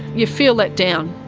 you feel let down.